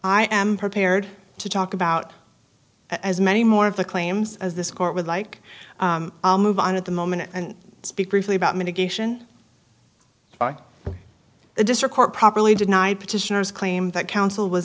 i am prepared to talk about as many more of the claims as this court would like move on at the moment and speak briefly about mitigation the district court properly denied petitioners claim that counsel was